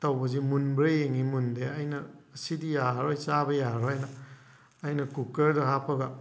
ꯇꯧꯕꯁꯤ ꯃꯨꯟꯕ꯭ꯔꯥ ꯌꯦꯡꯉꯤ ꯃꯨꯟꯗꯦ ꯑꯩꯅ ꯁꯤꯗꯤ ꯌꯥꯔꯔꯣꯏ ꯆꯥꯕ ꯌꯥꯔꯔꯣꯏꯅ ꯑꯩꯅ ꯀꯨꯀꯔꯗ ꯍꯥꯞꯄꯒ